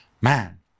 man